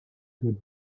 good